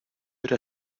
era